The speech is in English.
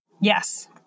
Yes